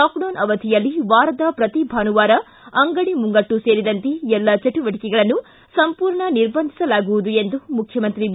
lockdown ಅವಧಿಯಲ್ಲಿ ವಾರದ ಪ್ರತಿ ಭಾನುವಾರ ಅಂಗಡಿ ಮುಂಗಟ್ಲು ಸೇರಿದಂತೆ ಎಲ್ಲ ಚಟುವಟಿಕೆಗಳನ್ನು ಸಂಪೂರ್ಣ ನಿರ್ಬಂಧಿಸಲಾಗುವುದು ಎಂದು ಮುಖ್ಯಮಂತ್ರಿ ಬಿ